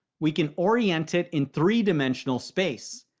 we can orient it in three-dimensional space.